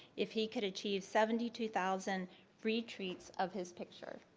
if he could achieve seventy two thousand retweets of his picture.